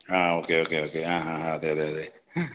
ആ okay okay okay ആ ആ ആ അതെ അതെ അതെ